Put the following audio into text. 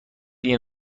این